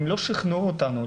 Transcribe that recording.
הם לא שכנעו אותנו,